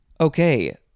Okay